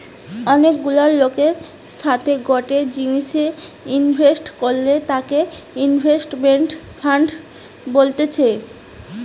অনেক গুলা লোকের সাথে গটে জিনিসে ইনভেস্ট করলে তাকে ইনভেস্টমেন্ট ফান্ড বলতেছে